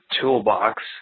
toolbox